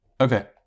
Okay